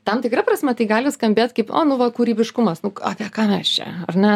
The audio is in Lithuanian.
tam tikra prasme tai gali skambėt kaip a nu va kūrybiškumas nu apie ką mes čia ar ne